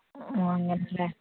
അങ്ങനെയല്ലേ